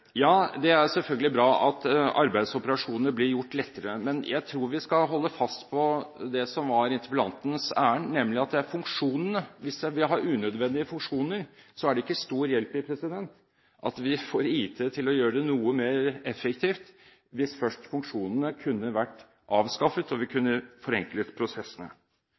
Ja, det er selvfølgelig bra at arbeidsoperasjonene blir gjort lettere, men jeg tror vi skal holde fast på det som var interpellantens ærend, nemlig at det gjelder funksjonene. Hvis vi har unødvendige funksjoner, er det ikke stor hjelp i at vi får IT til å gjøre det noe mer effektivt, hvis først funksjonene kunne vært avskaffet og vi kunne forenklet prosessene.